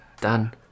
Done